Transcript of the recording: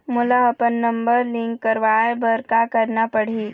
मोला अपन number link करवाये बर का करना पड़ही?